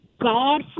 God